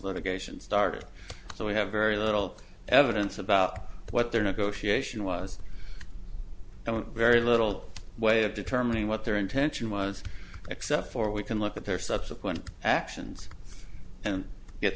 litigation started so we have very little evidence about what their negotiation was very little way of determining what their intention was except for we can look at their subsequent actions and get